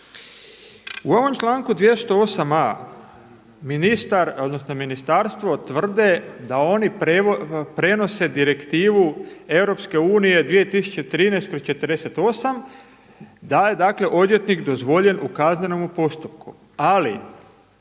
U ovom članku 208.a ministar, odnosno ministarstvo tvrde da oni prenose Direktivu EU 2013/48, da je dakle odvjetnik dozvoljen u kaznenome postupku. Ali